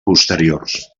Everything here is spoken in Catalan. posteriors